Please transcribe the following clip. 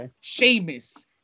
Sheamus